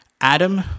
Adam